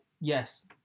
yes